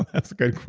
that's a good